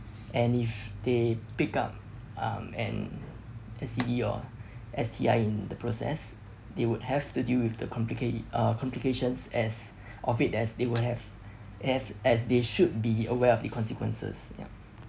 and if they pick up um and S_T_D or S_T_I in the process they would have to deal with the complicat~ uh complications as of it as they will have have as they should be aware of the consequences ya